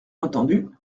entendu